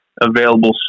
available